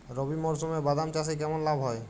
রবি মরশুমে বাদাম চাষে কেমন লাভ হয়?